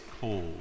cold